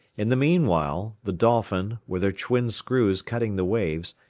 in the meanwhile the dolphin, with her twin screws cutting the waves,